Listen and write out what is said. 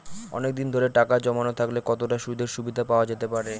অনেকদিন ধরে টাকা জমানো থাকলে কতটা সুদের সুবিধে পাওয়া যেতে পারে?